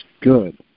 good